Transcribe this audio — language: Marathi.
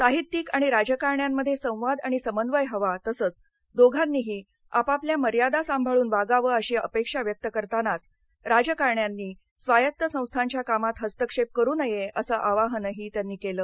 साहित्यिक आणि राजकारण्यांमध्ये संवाद आणि समन्वय हवा तसंच दोघांनीही आपापल्या मर्यादा सांभाळून वागावं अशी अपेक्षा व्यक्त करतानाच राजकारण्यांनी स्वायत्त संस्थांच्या कामात हस्तक्षेप करू नये असं आवाहनही त्यांनी केलं